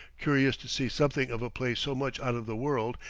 curious to see something of a place so much out of the world,